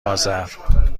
آذر